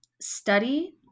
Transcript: Study